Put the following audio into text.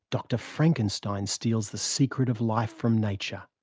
doctor frankenstein steals the secret of life from nature.